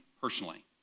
personally